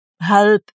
help